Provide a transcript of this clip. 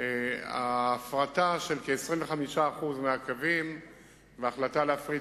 ההפרטה של כ-25% מהקווים וההחלטה להפריט